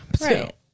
Right